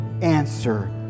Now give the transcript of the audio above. answer